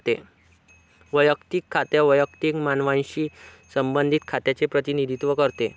वैयक्तिक खाते वैयक्तिक मानवांशी संबंधित खात्यांचे प्रतिनिधित्व करते